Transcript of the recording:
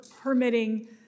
permitting